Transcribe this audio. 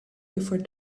before